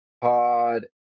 Pod